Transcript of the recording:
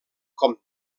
com